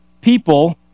people